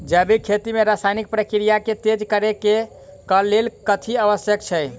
जैविक खेती मे रासायनिक प्रक्रिया केँ तेज करै केँ कऽ लेल कथी आवश्यक छै?